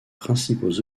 principaux